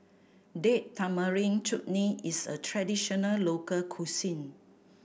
Date Tamarind Chutney is a traditional local cuisine